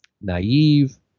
naive